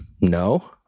No